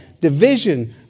division